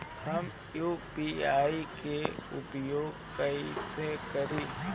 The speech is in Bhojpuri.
हम यू.पी.आई के उपयोग कइसे करी?